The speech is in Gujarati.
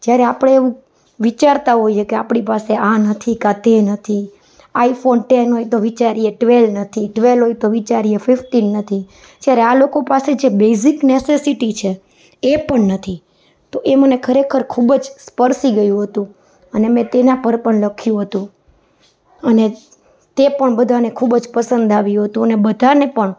જ્યારે આપણે એવું વિચારતા હોઈએ કે આપણી પાસે આ નથી કા તે નથી આઇફોન ટેન હોય તો વિચારીએ ટવેલ નથી ટવેલ હોયતો વિચારીએ ફિફ્ટીન નથી જ્યારે આ લોકો પાસે જે બેઝિક નેસેસિટી છે એ પણ નથી તો એ મને ખરેખર ખૂબ જ સ્પર્શી ગયું હતું અને મેં તેના પર પણ લખ્યું હતું અને તે પણ બધાંને ખૂબ જ પસંદ આવ્યું હતું અને બધાંને પણ